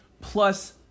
plus